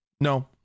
No